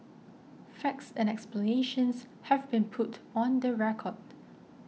facts and explanations have been put on the record